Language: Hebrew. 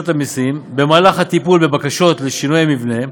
המסים במהלך הטיפול בבקשות לשינויי מבנה,